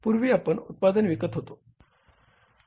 पूर्वी आपण उत्पादन विकत होतो